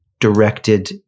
directed